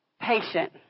patient